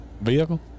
Vehicle